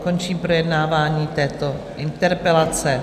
Končím projednávání této interpelace.